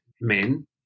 men